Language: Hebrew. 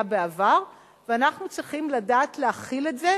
בעבר ואנחנו צריכים לדעת להכיל את זה,